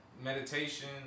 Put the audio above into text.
meditation